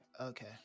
Okay